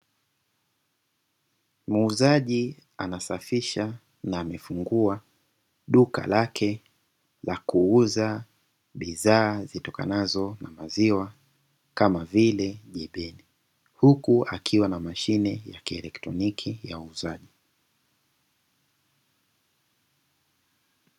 Muuzaji anasafisha na amefungua duka lake na kuuza bidhaa zitokanazo na maziwa kama vile jibini, huku akiwa na mashine ya kielektroniki ya uuzaji.